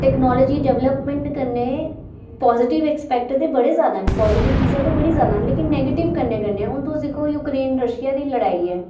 technology development कन्नै positive aspect ते बड़े जादा न पॉजिटिव चीजां ते बड़ी जादा न लेकिन नेगेटिव कन्नै कन्नै हून तुस दिक्खो यूक्रेन रशिया दी लड़ाई ऐ